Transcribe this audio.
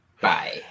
Bye